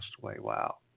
Wow